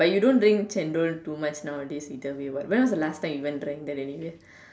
but you don't drink chendol too much nowadays either way what when was the last time you drank that anyway